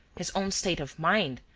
his own state of mind,